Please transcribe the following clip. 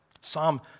Psalm